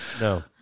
No